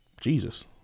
Jesus